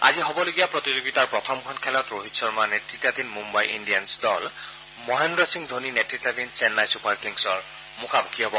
আজি হ'বলগীয়া প্ৰতিযোগিতাৰ প্ৰথম খেলখনত ৰোহিত শৰ্মা নেতৃতাধীন মুম্বাই ইণ্ডিয়ানছ দল মহেদ্ৰ সিং ধোনী নেতৃতাধীন চেন্নাই চুপাৰ কিংছৰ মুখামুখী হ'ব